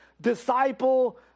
disciple